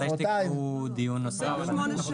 מתי תביאו נוסח?